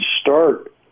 start